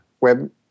web